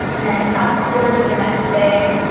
and fast forward to the next day,